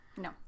No